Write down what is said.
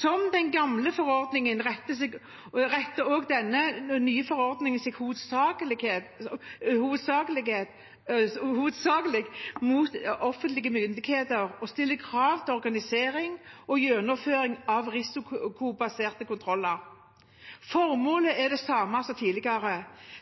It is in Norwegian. Som den gamle forordningen retter også den nye forordningen seg hovedsakelig mot offentlige myndigheter og stiller krav til organisering og gjennomføring av risikobaserte kontroller. Formålet er det samme som tidligere.